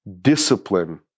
Discipline